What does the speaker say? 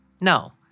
No